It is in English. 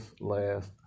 last